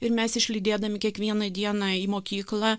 ir mes išlydėdami kiekvieną dieną į mokyklą